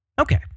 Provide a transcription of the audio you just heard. Okay